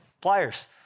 pliers